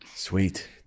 Sweet